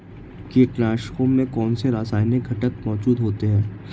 कीटनाशकों में कौनसे रासायनिक घटक मौजूद होते हैं?